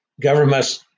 Government